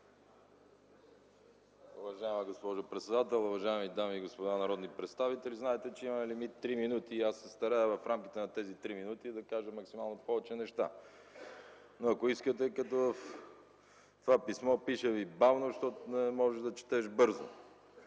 Уважаема госпожо председател, уважаеми дами и господа народни представители! Знаете, че има лимит 3 минути. В рамките на тези 3 минути аз се старая да кажа максимално повече неща. Ако искате като в това писмо: „Пиша ти бавно, защото не можеш да четеш бързо.”,